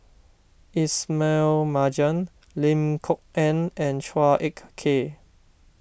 Ismail Marjan Lim Kok Ann and Chua Ek Kay